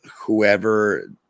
whoever